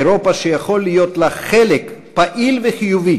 אירופה שיכול להיות לה חלק פעיל וחיובי